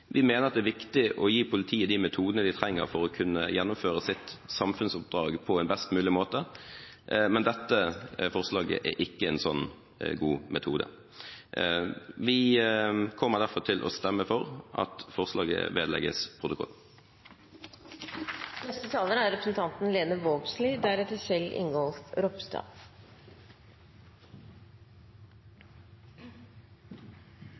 Vi mener at det er viktig å gi politiet de metodene de trenger for å kunne gjennomføre sitt samfunnsoppdrag på en best mulig måte, men dette forslaget er ikke en sånn god metode. Vi kommer derfor til å stemme for at forslaget vedlegges